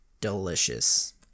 delicious